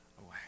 away